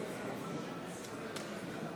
נגד.